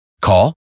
Call